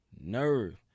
nerve